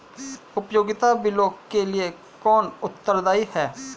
उपयोगिता बिलों के लिए कौन उत्तरदायी है?